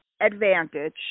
advantage